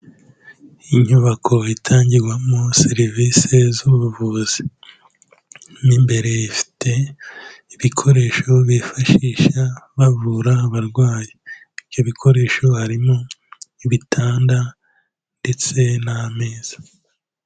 Inyubako itangirwamo serivisi z'ubuvuzi, mo imbere ifite ibikoresho bifashisha bavura abarwayi, ibyo bikoresho harimo ibitanda ndetse n'ameza.